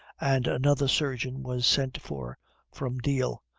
and another surgeon was sent for from deal,